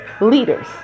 leaders